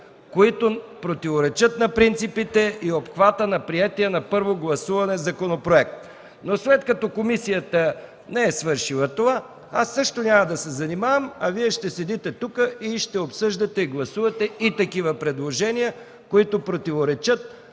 които противоречат на принципите и обхвата на приетия на първо гласуване законопроект. Но след като комисията не е свършила това, аз също няма да се занимавам, а Вие ще седите тук и ще обсъждате и гласувате и такива предложения, които противоречат